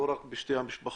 לא רק בשתי המשפחות,